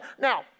Now